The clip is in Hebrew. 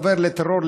עובר לטרור,